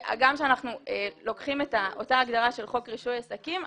גם כשאנחנו לוקחים את אותה הגדרה של חוק רישוי עסקים,